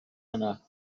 yna